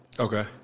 Okay